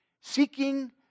Seeking